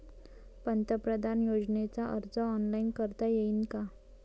पंतप्रधान योजनेचा अर्ज ऑनलाईन करता येईन का?